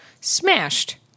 Smashed